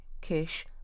Kish